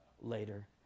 later